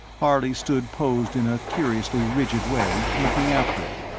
harley stood posed in a curiously rigid way, looking after him.